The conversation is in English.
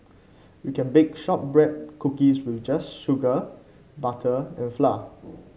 you can bake shortbread cookies with just sugar butter and flour